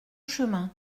chemin